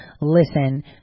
Listen